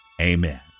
Amen